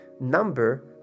number